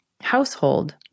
household